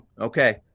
Okay